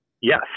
Yes